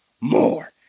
more